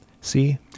see